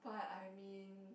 but I mean